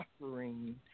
suffering